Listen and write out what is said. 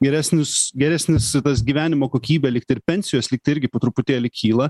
geresnius geresnis tas gyvenimo kokybė lyg tai ir pensijos lyg tai irgi po truputėlį kyla